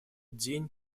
день